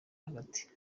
hagati